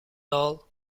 all